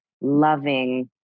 loving